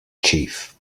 chief